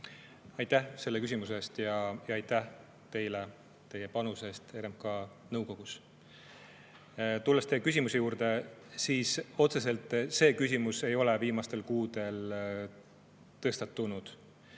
Aitäh selle küsimuse eest ja aitäh teile teie panuse eest RMK nõukogus! Tulles teie küsimuse juurde: otseselt ei ole see küsimus viimastel kuudel tõstatunud.